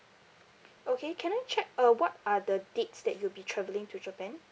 okay can I check uh what are the dates that you'll be travelling to japan